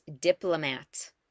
diplomat